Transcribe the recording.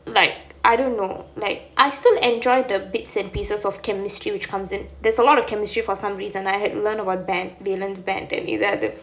like I don't know like I still enjoy the bits and pieces of chemistry which comes in there's a lot of chemistry for some reason I learn about like ஏதாவது:ethaavathu